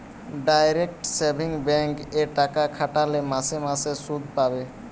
direct savings bank এ টাকা খাটালে মাসে মাসে শুধ পাবে